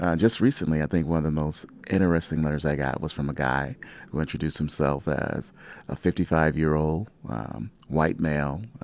and just recently, i think one of the most interesting letters i got was from a guy who introduced himself as a fifty five year old white male,